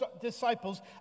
disciples